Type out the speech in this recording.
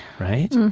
right.